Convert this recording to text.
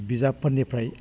बिजाबफोरनिफ्राय